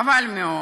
חבל מאוד